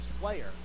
player